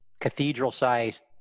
cathedral-sized